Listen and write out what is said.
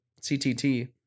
ctt